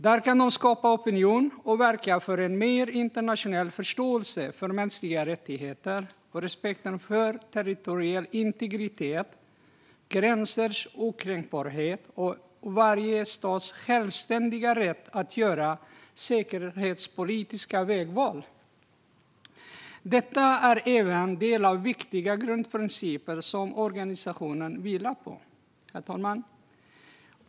Där kan de skapa opinion och verka för mer internationell förståelse för mänskliga rättigheter och respekt för territoriell integritet, gränsers okränkbarhet och varje stats självständiga rätt att göra säkerhetspolitiska vägval. Detta är även en del av de viktiga grundprinciper som organisationen vilar på. Herr talman!